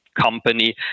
company